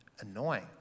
annoying